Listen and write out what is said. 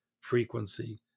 frequency